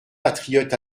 patriotes